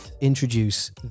introduce